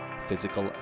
physical